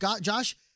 Josh